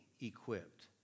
equipped